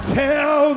tell